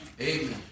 Amen